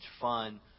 fun